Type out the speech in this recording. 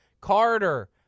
Carter